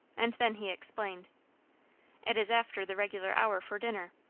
and then he explained it is after the regular hour for dinner.